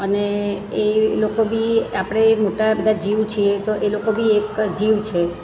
અને એ લોકો બી આપણે મોટા બધા જીવ છે તો એ લોકો બી એક જીવ છે